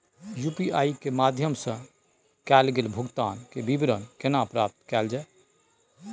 UPI के माध्यम सं कैल गेल भुगतान, के विवरण केना प्राप्त कैल जेतै?